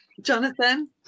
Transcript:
Jonathan